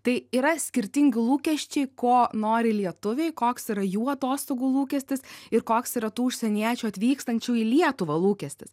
tai yra skirtingi lūkesčiai ko nori lietuviai koks yra jų atostogų lūkestis ir koks yra tų užsieniečių atvykstančių į lietuvą lūkestis